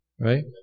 Right